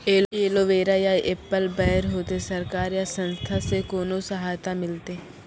Aloe vera या apple बैर होते? सरकार या संस्था से कोनो सहायता मिलते?